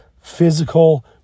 Physical